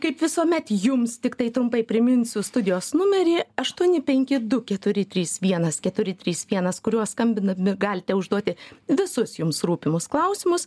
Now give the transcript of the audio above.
kaip visuomet jums tiktai trumpai priminsiu studijos numerį aštuoni penki du keturi trys vienas keturi trys vienas kuriuo skambindami galite užduoti visus jums rūpimus klausimus